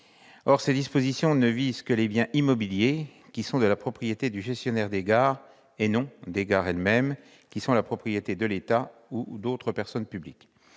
Or ces dispositions ne visent que les biens immobiliers qui sont la propriété du gestionnaire des gares, et non les gares elles-mêmes, qui sont la propriété de l'État ou d'autres personnes publiques.